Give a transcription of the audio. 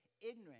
ignorant